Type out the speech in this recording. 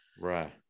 Right